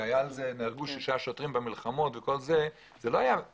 זאת הייתה חריגה ולא מדיניות.